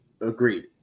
agreed